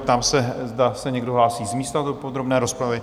Ptám se, zda se někdo hlásí z místa do podrobné rozpravy?